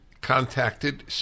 contacted